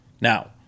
Now